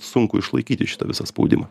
sunku išlaikyti šitą visą spaudimą